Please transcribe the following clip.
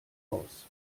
aus